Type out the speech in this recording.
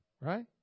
Right